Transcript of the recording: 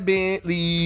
Bentley